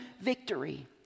victory